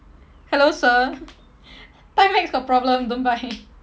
hello sir timex got problem don't buy